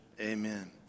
Amen